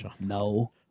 No